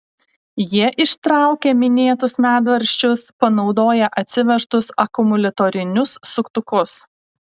jie ištraukė minėtus medvaržčius panaudoję atsivežtus akumuliatorinius suktukus